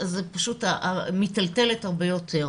היא מיטלטלת הרבה יותר.